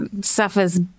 suffers